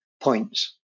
points